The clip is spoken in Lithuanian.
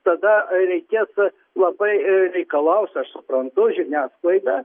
tada reikės labai reikalaus aš suprantu žiniasklaida